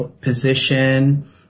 position